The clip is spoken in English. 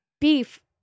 beef